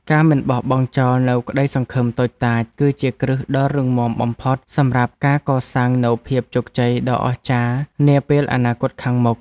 ការមិនបោះបង់ចោលនូវក្ដីសង្ឃឹមតូចតាចគឺជាគ្រឹះដ៏រឹងមាំបំផុតសម្រាប់ការកសាងនូវភាពជោគជ័យដ៏អស្ចារ្យនាពេលអនាគតខាងមុខ។